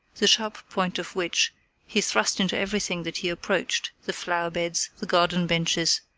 the sharp point of which he thrust into everything that he approached the flowerbeds, the garden benches,